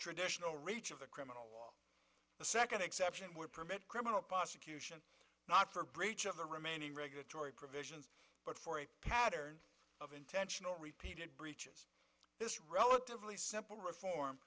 traditional reach of the criminal law the second exception would permit criminal prosecution not for breach of the remaining regulatory provisions but for a pattern of intentional repeated breaches this relatively simple reform